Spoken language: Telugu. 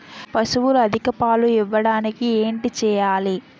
పశువులు అధిక పాలు ఇవ్వడానికి ఏంటి చేయాలి